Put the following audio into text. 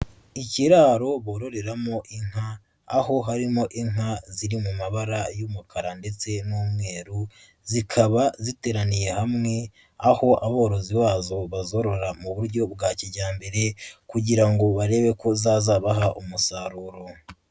Ikiraro bororeramo inka, aho harimo inka ziri mu mabara y'umukara ndetse n'umweru, zikaba ziteraniye hamwe aho aborozi bazo bazorora mu buryo bwa kijyambere kugira ngo barebe ko zazabaha umusaruro.